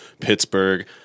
pittsburgh